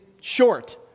short